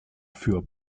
für